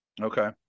Okay